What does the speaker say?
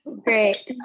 Great